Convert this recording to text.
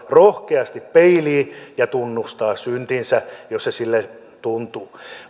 rohkeasti peiliin ja tunnustaa syntinsä jos se sille tuntuu